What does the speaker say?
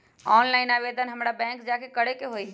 Online आवेदन हमरा bank जाके करे के होई?